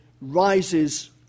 rises